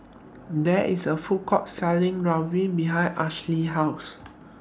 There IS A Food Court Selling Ravioli behind Alysha's House